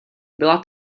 byla